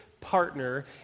partner